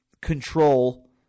control